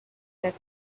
that